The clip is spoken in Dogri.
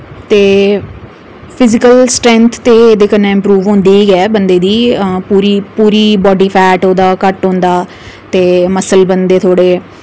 ते फिजिकल स्ट्रैंथ ते इ'दे कन्नै इम्प्रूव होंदी गै बंदे दी पूरी पूरी बाड्डी फैट उ'दा घट्ट होंदा ते मस्सल बनदे थोह्ड़े